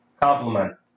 Compliment